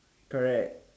correct